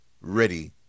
ready